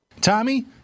Tommy